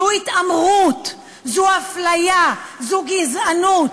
זאת התעמרות, זאת אפליה, זאת גזענות.